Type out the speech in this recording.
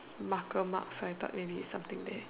marker mark so I thought maybe it's something there